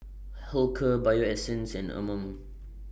Hilker Bio Essence and Anmum